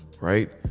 right